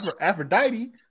Aphrodite